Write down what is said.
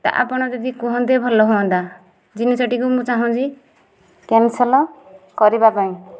ତ ଆପଣ ଯଦି କୁହନ୍ତେ ଭଲ ହୁଅନ୍ତା ଜିନିଷଟିକୁ ମୁଁ ଚାହୁଁଛି କ୍ୟାନ୍ସଲ କରିବା ପାଇଁ